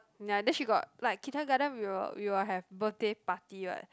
ya then she got like kindergarten we will we will have birthday party what